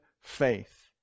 faith